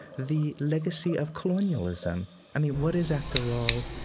the legacy of colonialism i mean, what is, after all,